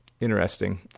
Interesting